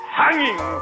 hanging